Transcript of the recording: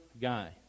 guy